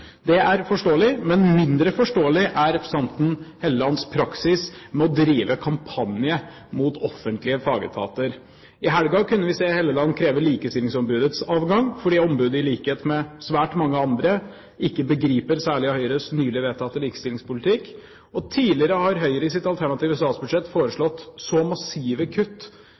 Det er forståelig. Men mindre forståelig er representanten Hofstad Hellelands praksis med å drive kampanje mot offentlige fagetater. I helgen kunne vi se Hofstad Helleland kreve likestillingsombudets avgang fordi ombudet, i likhet med svært mange andre, ikke begriper særlig av Høyres nylig vedtatte likestillingspolitikk. Tidligere har Høyre i sitt alternative statsbudsjett foreslått så massive kutt